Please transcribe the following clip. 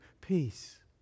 peace